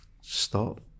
stop